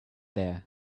there